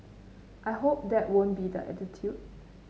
I hope that won't be the attitude